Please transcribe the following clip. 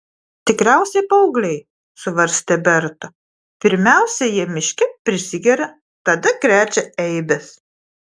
tikriausiai paaugliai svarstė berta pirmiausia jie miške prisigeria tada krečia eibes